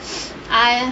I